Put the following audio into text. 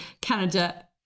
Canada